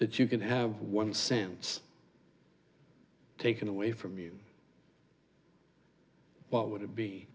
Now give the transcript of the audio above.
that you could have one sense taken away from you what would it be